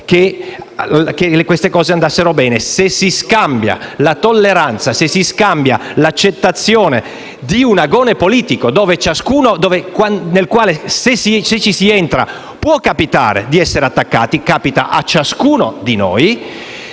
vuol dire che andassero bene. Se si scambia la tolleranza, l'accettazione di un agone politico nel quale se ci si entra può capitare di essere attaccati (succede a ciascuno di noi),